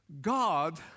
God